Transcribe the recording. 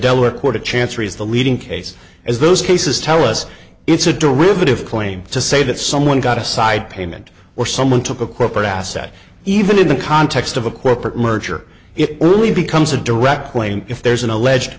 delaware court of chancery is the leading case as those cases tell us it's a derivative claim to say that someone got a side payment or someone took a corporate asset even in the context of a corporate merger it really becomes a direct point if there's an alleged